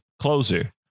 closer